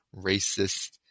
racist